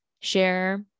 share